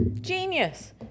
Genius